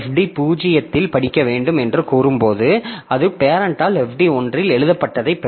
child fd 0 இல் படிக்க வேண்டும் என்று கூறும்போது அது பேரெண்ட்டால் fd 1 இல் எழுதப்பட்டதைப் பெறும்